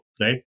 right